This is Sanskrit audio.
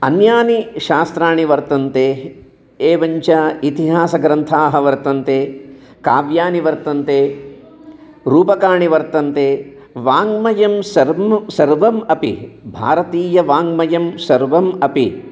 अन्यानि शास्त्राणि वर्तन्ते एवञ्च इतिहासग्रन्थाः वर्तन्ते काव्यानि वर्तन्ते रूपकाणि वर्तन्ते वाङ्मयं सर्वं सर्वमपि भारतीयवाङ्मयं सर्वम् अपि